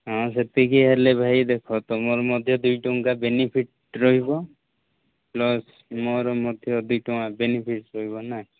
ହଁ ସେତିକି ହେଲେ ଭାଇ ଦେଖ ତୁମର ମଧ୍ୟ ଦୁଇ ଟଙ୍କା ବେନିଫିଟ୍ ରହିବ ପ୍ଲସ୍ ମୋର ମଧ୍ୟ ଦୁଇ ଟଙ୍କା ବେନିଫିଟ୍ ରହିବ ନା